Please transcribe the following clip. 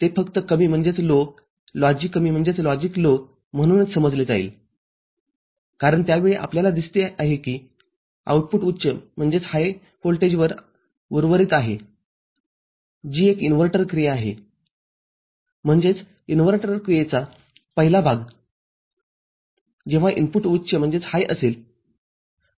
ते फक्त कमी लॉजिक कमी म्हणूनच समजले जाईल कारण त्या वेळी आपल्याला दिसते आहे की आउटपुट उच्च व्होल्टेजवर उर्वरित आहे जी एक इन्व्हर्टर क्रिया आहेम्हणजेच इन्व्हर्टर क्रियेचा पहिला भागजेव्हा इनपुट उच्च असेल